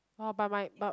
!whoa! but my but